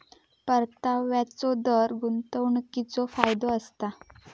परताव्याचो दर गुंतवणीकीचो फायदो असता